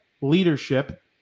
leadership